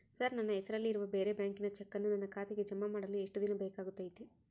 Sir ನನ್ನ ಹೆಸರಲ್ಲಿ ಇರುವ ಬೇರೆ ಬ್ಯಾಂಕಿನ ಚೆಕ್ಕನ್ನು ನನ್ನ ಖಾತೆಗೆ ಜಮಾ ಮಾಡಲು ಎಷ್ಟು ದಿನ ಬೇಕಾಗುತೈತಿ?